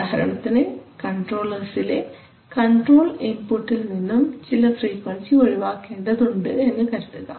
ഉദാഹരണത്തിന് കൺട്രോളർസിലെ കൺട്രോൾ ഇൻപുട്ടിൽ നിന്നും ചില ഫ്രീക്വൻസി ഒഴിവാക്കേണ്ടതുണ്ട് എന്ന് കരുതുക